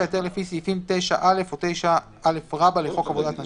(49)היתר לפי סעיפים 9(א) או 9א לחוק עבודת נשים,